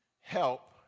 help